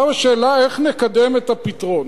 עכשיו השאלה, איך נקדם את הפתרון?